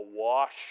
awash